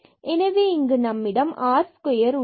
எனவே இங்கு நம்மிடம் r square உள்ளது